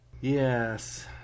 Yes